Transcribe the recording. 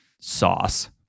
sauce